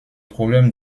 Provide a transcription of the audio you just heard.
problèmes